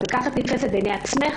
כך את נתפסת בעיני עצמך,